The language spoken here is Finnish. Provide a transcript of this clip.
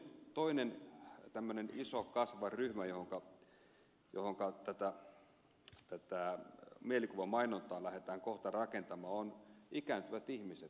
toinen tämmöinen iso kasvava ryhmä johonka tätä mielikuvamainontaa lähdetään kohta rakentamaan on ikääntyvät ihmiset